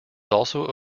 also